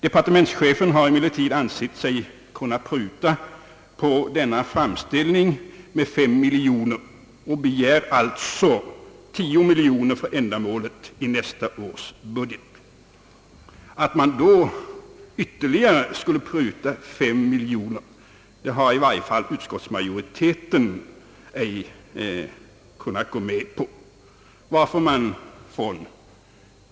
Departementschefen har emellertid ansett sig kunna pruta 5 miljoner på denna framställning och begär alltså för det angivna ändamålet 10 miljoner kronor i nästa års budget. Att man då skulle pruta ytterligare 5 miljoner har i varje fall utskottsmajoriteten inte kunnat gå med på.